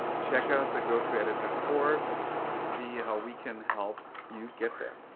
check out the go-to editor course to see how we can help you get there.